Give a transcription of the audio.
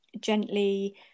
gently